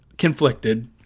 conflicted